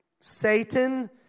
Satan